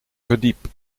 verdiep